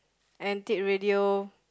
antique radio